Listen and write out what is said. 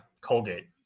Colgate